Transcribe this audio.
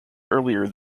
earlier